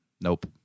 nope